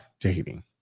dating